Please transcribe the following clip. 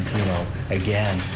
you know, again,